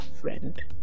friend